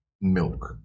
milk